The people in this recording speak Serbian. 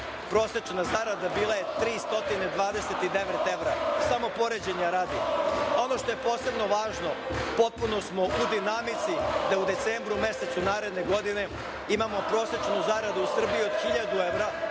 prosečna zarada bila je 329 evra, samo poređenja radi. Ono što je posebno važno, potpuno smo u dinamici da u decembru mesecu naredne godine imamo prosečnu zaradu u Srbiji od 1000 kao